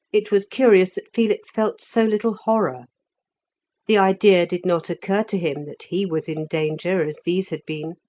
it was curious that felix felt so little horror the idea did not occur to him that he was in danger as these had been.